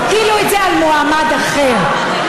שתדע לך שאתה לא בסדר.